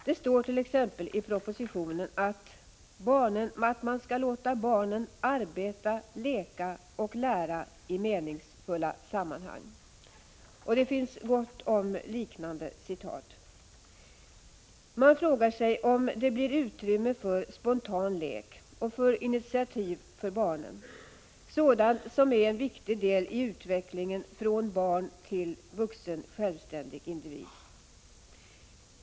Det står i propositionen t.ex. att man skall låta barnen arbeta, leka och lära i meningsfulla sammanhang. Och det finns gott om liknande uttalanden. Man frågar sig om det blir utrymme för spontan lek och för initiativ från barnen, sådant som är en viktig del i utvecklingen från barn till vuxen självständig individ.